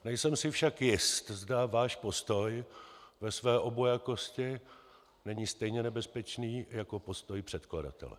Nejsem si však jist, zda váš postoj ve své obojakosti není stejně nebezpečný jako postoj předkladatele.